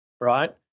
right